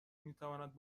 میتواند